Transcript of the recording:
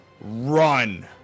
run